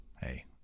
hey